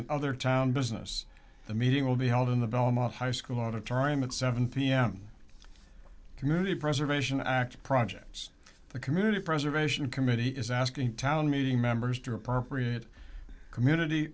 and other town business the meeting will be held in the belmont high school auditorium at seven pm community preservation act projects the community preservation committee is asking town meeting members to appropriate community